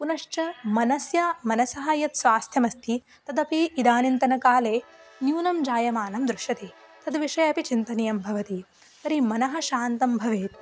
पुनश्च मनसः मनसः यत् स्वास्थ्यमस्ति तदपि इदानीन्तनकाले न्यूनं जायमानं दृश्यते तद् विषये अपि चिन्तनीयं भवति तर्हि मनः शान्तं भवेत्